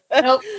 Nope